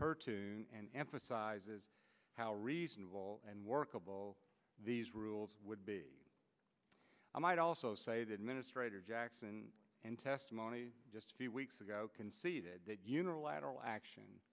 her tune and emphasizes how reasonable and workable these rules would be i might also say the administrator jackson in testimony just a few weeks ago conceded that unilateral action